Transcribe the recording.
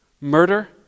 Murder